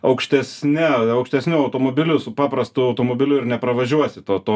aukštesne aukštesniu automobiliu su paprastu automobiliu ir nepravažiuosi to to